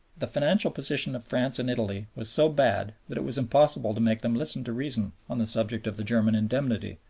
the financial position of france and italy was so bad that it was impossible to make them listen to reason on the subject of the german indemnity,